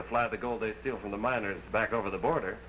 to fly the gold they steal from the miners back over the border